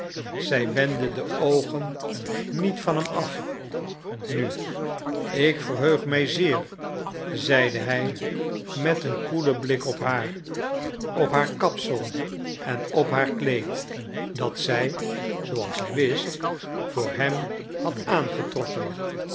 zij wendde de oogen niet van hem af nu ik verheug mij zeer zeide hij met een koelen blik op haar op haar kapsel en op haar kleed dat zij zooals hij wist voor hem had aangetrokken